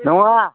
नङा